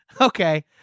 okay